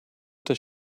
does